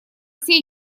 все